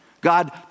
God